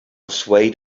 swayed